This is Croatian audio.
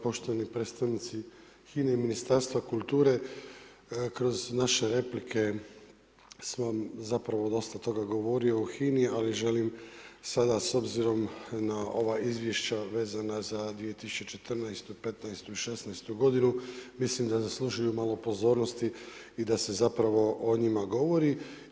Poštovani predstavnici HINA-e i Ministarstva kulture, kroz naše replike, sam zapravo dosta toga govorio o HINA-i, ali želim sada s obzirom na ova izvješća vezana za 2014., 2015. i 2016. g. mislim da zaslužuju malo pozornosti i da se zapravo o njima govori.